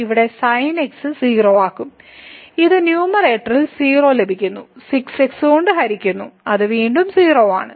നമുക്ക് ന്യൂമറേറ്ററിൽ 0 ലഭിക്കുന്നു 6 x കൊണ്ട് ഹരിക്കുന്നു അത് വീണ്ടും 0 ആണ്